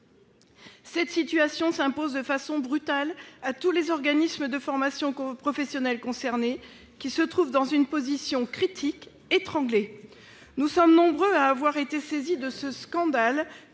Cette situation s'impose, de façon brutale, à tous les organismes de formation professionnelle concernés, qui se trouvent dans une position critique, étranglés. Nous sommes nombreux à avoir été saisis de ce scandale